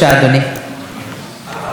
אחריו,